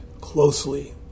closely